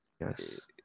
Yes